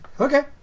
Okay